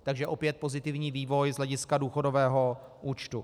Takže opět pozitivní vývoj z hlediska důchodového účtu.